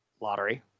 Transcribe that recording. lottery